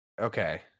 okay